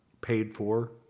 paid-for